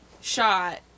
shot